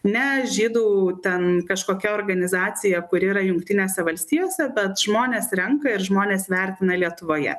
ne žydų ten kažkokia organizacija kuri yra jungtinėse valstijose bet žmonės renka ir žmonės vertina lietuvoje